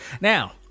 now